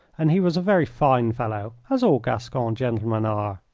and he was a very fine fellow, as all gascon gentlemen are.